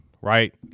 right